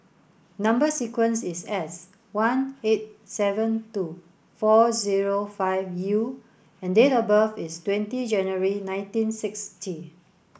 number sequence is S one eight seven two four zero five U and date of birth is twenty January nineteen sixty